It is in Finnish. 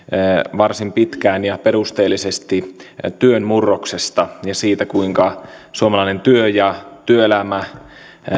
varsin pitkään ja perusteellisesti työn murroksesta ja siitä kuinka suomalainen työ ja työelämä